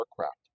aircraft